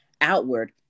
outward